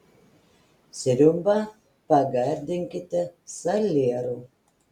sriubą pagardinkite salieru